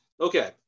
Okay